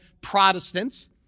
Protestants